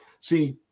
See